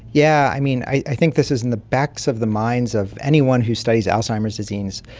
yeah i mean, i think this is in the backs of the minds of anyone who studies alzheimer's disease.